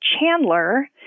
Chandler